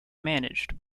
managed